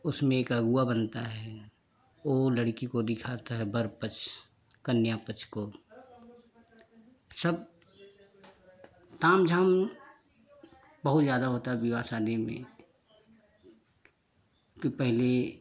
उसमें एक अगुआ बनता है ओ लड़की को दिखाता है वर पक्ष कन्या पक्ष को सब तामझाम बहुत ज्यादा होता है विवाह शादी में कि पहली